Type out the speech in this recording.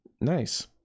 Nice